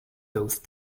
those